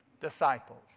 disciples